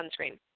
sunscreen